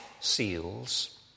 seals